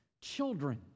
Children